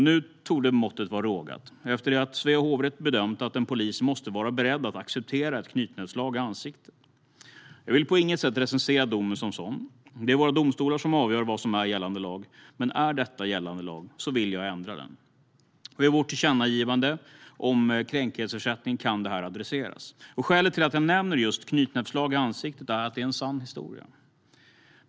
Nu torde måttet vara rågat, efter det att Svea hovrätt bedömt att en polis måste vara beredd att acceptera ett knytnävsslag i ansiktet. Jag vill på inget sätt recensera domen som sådan. Det är våra domstolar som avgör vad som är gällande lag. Men är detta gällande lag vill jag ändra den. I vårt tillkännagivande om kränkningsersättning kan detta adresseras. Skälet till att jag nämner just knytnävsslag i ansiktet är att det är en sann historia.